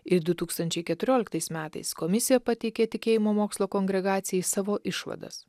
ir du tūkstančiai keturioliktais metais komisija pateikė tikėjimo mokslo kongregacijai savo išvadas